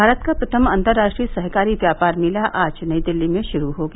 भारत का प्रथम अंतर्राष्ट्रीय सहकारी व्यापार मेला आज नई दिल्ली में शुरू हो गया